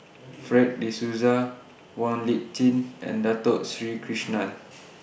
Fred De Souza Wong Lip Chin and Dato Sri Krishna